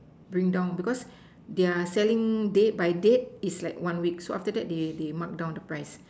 bring down because they are selling date by date is like one week so after that they they mark down the price